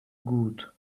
good